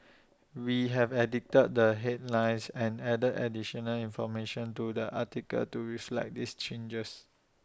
we have edited the headlines and added additional information to the article to reflect these changes